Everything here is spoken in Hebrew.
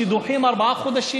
שדוחים ארבעה חודשים,